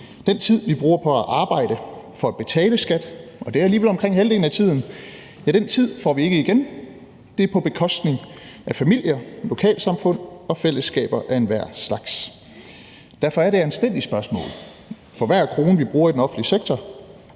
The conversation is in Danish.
Den tid, vi bruger på at arbejde for at betale skat – og det er alligevel omkring halvdelen af tiden – får vi ikke igen. Det er på bekostning af familie, lokalsamfund og fællesskaber af enhver slags. Derfor er det anstændige spørgsmål for hver krone, vi bruger i den offentlige sektor: